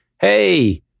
hey